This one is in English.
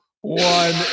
one